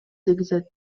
тийгизет